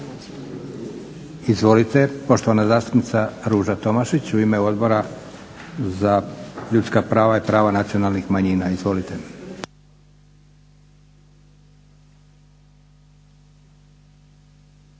Izvolite. Poštovana zastupnica Ruža Tomašić u ime Odbora za ljudska prava i prava nacionalnih manjina. Izvolite.